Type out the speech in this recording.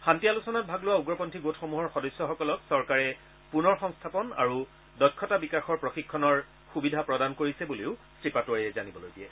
শান্তি আলোচনাত ভাগ লোৱা উগ্ৰপন্থী গোটসমূহৰ সদস্যসকলক চৰকাৰে পুনৰ সংস্থাপন আৰু দক্ষতা বিকাশৰ প্ৰশিক্ষণৰ সুবিধা প্ৰদান কৰিছে বুলিও শ্ৰী পাটোৱাৰীয়ে জানিবলৈ দিয়ে